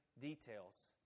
details